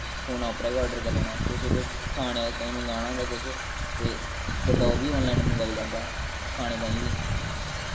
फोनै परा गै आर्डर करी लैना कुसै कुश खानैं तांई मंगाना होंदा कुश ते बंदा ओह् बी आन लाईन मंगवाई लैंदा खाने तांई बी